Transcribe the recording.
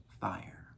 fire